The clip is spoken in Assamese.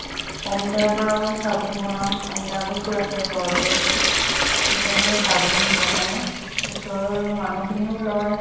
অমিতাৰ পৰাও চাবোন বনাওঁ অমিতা গছো আছে ঘৰতে ধুনীয়াকৈ চাবোন বনাই ওচৰৰ মানুহখিনিও লয়